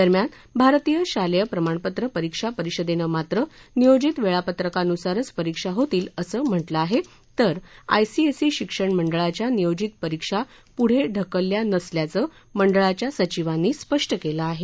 दरम्यान भारतीय शालप्र प्रमाणपत्र परीक्षा परिषदत्तातीत नियोजित वळीपत्रकानुसारच परीक्षा होतील असं म्हटलं आह वेर आयसीएसई शिक्षण मंडळाच्या नियोजित परीक्षा पुढढिकलल्या नसल्याचं मंडळाच्या सचिवांनी काल स्पष्ट कलि